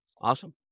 Awesome